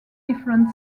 different